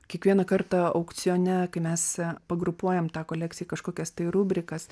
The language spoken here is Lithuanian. kiekvieną kartą aukcione kai mes pagrupuojam tą kolekciją į kažkokias tai rubrikas